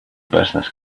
business